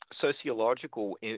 Sociological